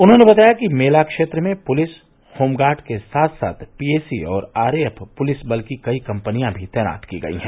उन्होंने बताया कि मेला क्षेत्र में पुलिस होमगार्ड के साथ साथ पीएसी और आरएएफ पुलिस बल की कई कम्पनियां भी तैनात की गयी हैं